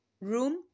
room